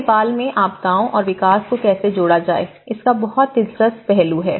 फिर नेपाल में आपदाओं और विकास को कैसे जोड़ा जाए इसका बहुत दिलचस्प पहलू है